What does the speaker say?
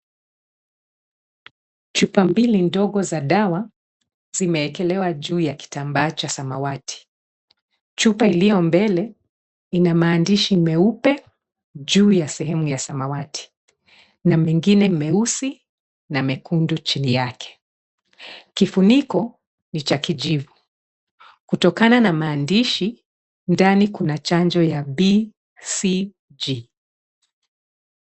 Chupa mbili ndogo za dawa zimeekelewa juu ya kitambaa cha samawati. Chupa iliyo mbele ,ina maandishi meupe juu ya sehemu ya samawati na mengine meusi na mekundu chini yake. Kifuniko ni cha kijivu kutokana na maandishi ,ndani kuna chanjo ya BCG.